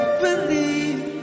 believe